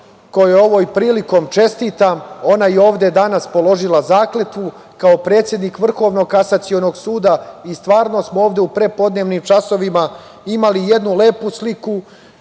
kojoj ovom prilikom čestitam. Ona je ovde danas položila zakletvu kao predsednik Vrhovnog kasacionog suda. Stvarno smo ovde u prepodnevnim časovima imali jednu lepu sliku,